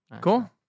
cool